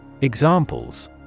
Examples